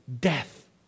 death